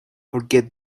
forget